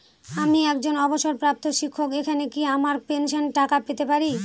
আমি একজন অবসরপ্রাপ্ত শিক্ষক এখানে কি আমার পেনশনের টাকা পেতে পারি?